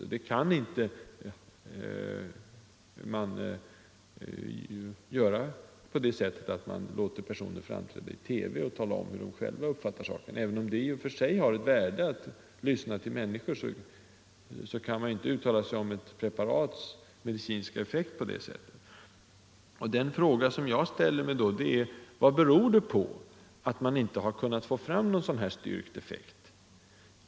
Det kan man inte göra genom att personer framträder i TV och talar om hur de själva uppfattar saken. Även om det i och för sig har ett värde att lyssna till människor, kan man inte uttala sig om ett preparats medicinska effekt på det sättet. Den fråga som jag då ställer mig är: Vad beror det på, att man inte har kunnat få fram någon sådan här styrkt effekt?